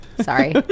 Sorry